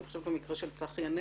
אני חושבת במקרה של צחי הנגבי,